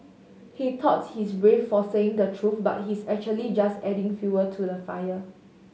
he thought he's brave for saying the truth but he's actually just adding fuel to the fire